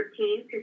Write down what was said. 13